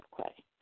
okay